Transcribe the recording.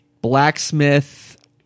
Blacksmith